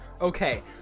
Okay